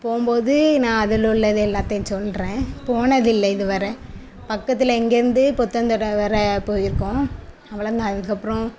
போகும் போது நான் அதில் உள்ளது எல்லாத்தையும் சொல்கிறேன் போனதில்லை இது வர பக்கத்தில் இங்கேயிருந்து பொத்தன்தடை வரை போயிருக்கோம் அவ்வளதான் அதுக்கப்புறம்